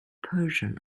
persian